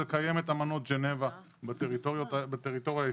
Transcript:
לקיים את אמנות ג'נבה בטרטוריה הישראלית.